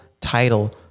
title